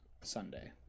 Sunday